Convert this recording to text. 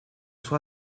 sua